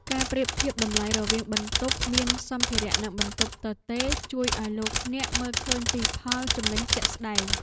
ការប្រៀបធៀបតម្លៃរវាងបន្ទប់មានសម្ភារៈនិងបន្ទប់ទទេរជួយឱ្យលោកអ្នកមើលឃើញពីផលចំណេញជាក់ស្ដែង។